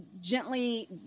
gently